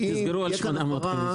יש כאן הפרה,